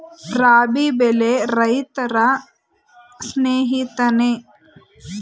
ರಾಬಿ ಬೆಳೆ ರೈತರ ಸ್ನೇಹಿತನೇ?